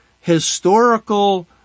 historical